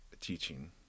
teaching